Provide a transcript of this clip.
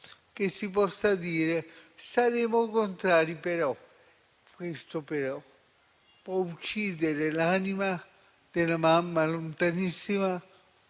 che si possa dire che saremo contrari, però. Questo però può uccidere l'anima della mamma lontanissima